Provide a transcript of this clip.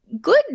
good